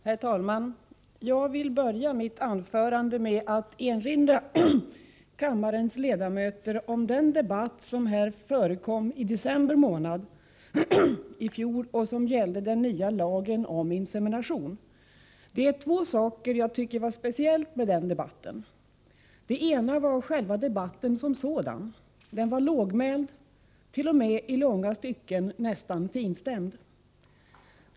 Herr talman! Jag vill börja mitt anförande med att erinra kammarens ledamöter om den debatt som förekom här i december månad i fjol och som gällde den nya lagen om insemination. Det är två saker som jag tycker var speciella i den debatten. Det ena var debatten som sådan. Den var lågmäld, i långa stycken t.o.m. nästan finstämd.